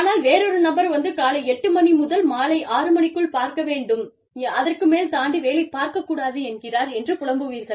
ஆனால் வேறொரு நபர் வந்து காலை 8 மணி முதல் மாலை 6 மணிக்குள் பார்க்க வேண்டும் அதற்கு மேல் தாண்டி வேலைப் பார்க்கக் கூடாது என்கிறார்' என்று புலம்புவீர்கள்